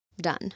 done